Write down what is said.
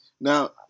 Now